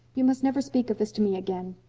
you must never speak of this to me again.